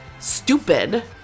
Stupid